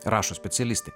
rašo specialistė